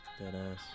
Deadass